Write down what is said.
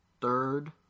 third